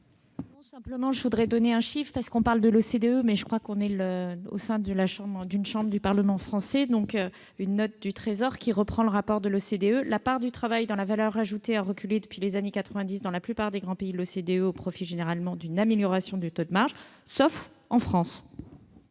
parole est à Mme la secrétaire d'État. On parle de l'OCDE, mais, comme nous sommes au sein d'une chambre du Parlement français, je citerai une note du Trésor qui reprend le rapport de l'OCDE :« La part du travail dans la valeur ajoutée a reculé depuis les années 1990 dans la plupart des grands pays de l'OCDE au profit généralement d'une amélioration du taux de marge, sauf en France.